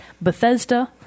Bethesda